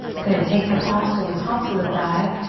good, take the palms to the tops of the thighs,